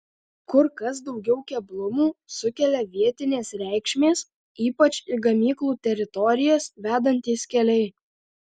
kur kas daugiau keblumų sukelia vietinės reikšmės ypač į gamyklų teritorijas vedantys keliai